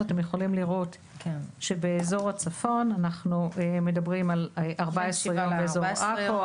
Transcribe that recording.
אתם יכולים לראות שבאזור הצפון אנחנו מדברים על 14 יום באזור עכו,